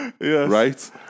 Right